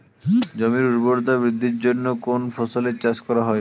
জমির উর্বরতা বৃদ্ধির জন্য কোন ফসলের চাষ করা হয়?